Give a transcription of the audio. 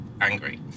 angry